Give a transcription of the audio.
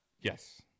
Yes